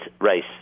race